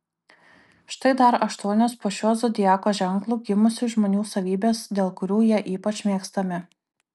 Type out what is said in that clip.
štai dar aštuonios po šiuo zodiako ženklu gimusių žmonių savybės dėl kurių jie ypač mėgstami